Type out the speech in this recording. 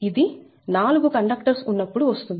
ఇది 4 కండక్టర్స్ ఉన్నప్పుడు వస్తుంది